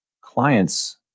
clients